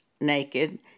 naked